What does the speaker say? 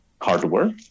hardware